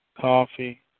Coffee